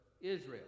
Israel